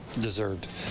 deserved